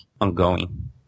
ongoing